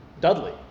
Dudley